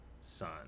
son